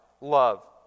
love